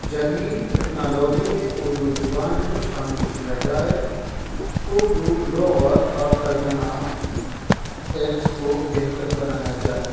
جدید ٹیکنالوجی میں اردو زبان کو شامل کیا جائے اردو لغت اور ترجمہ ایپس کو بہتر بنایا جائے